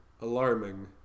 alarming